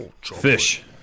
Fish